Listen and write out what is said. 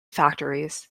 factories